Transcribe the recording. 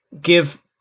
give